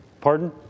Pardon